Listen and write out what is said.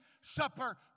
supper